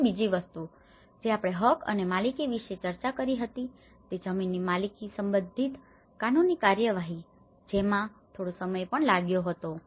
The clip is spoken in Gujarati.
અને બીજી વસ્તુ જે આપણે હક અને માલિકી વિશે ચર્ચા કરી હતી તે જમીનની માલિકી સંબંધિત કાનૂની કાર્યવાહી જેમાં થોડો સમય પણ લાગ્યો હતો